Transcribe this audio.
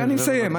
אני מסיים.